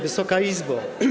Wysoka Izbo!